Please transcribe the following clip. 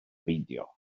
beidio